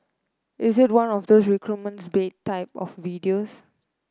is it one of those recruitment's bait type of videos